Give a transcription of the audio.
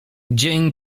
dzień